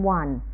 one